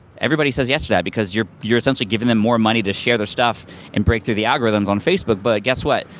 everybody says yes to that, because you're you're essentially giving them more money to share their stuff and break through the algorithms on facebook. but guess what?